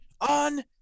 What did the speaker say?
on